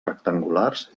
rectangulars